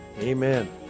Amen